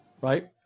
right